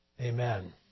Amen